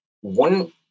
one